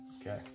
Okay